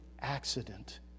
accident